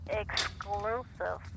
exclusive